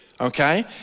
Okay